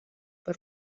per